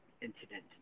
incident